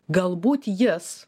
galbūt jis